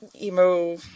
emo